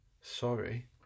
sorry